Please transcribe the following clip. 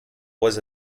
was